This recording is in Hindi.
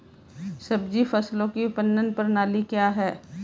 सब्जी फसलों की विपणन प्रणाली क्या है?